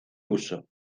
uso